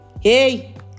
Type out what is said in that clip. Hey